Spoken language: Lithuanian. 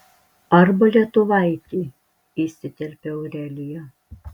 arba lietuvaitį įsiterpia aurelija